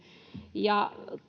ja